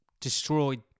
destroyed